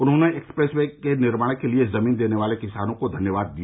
उन्होंने expressway के निर्माण के लिए जमीन देने वाले किसानों को धन्यवाद दिया